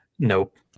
Nope